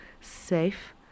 safe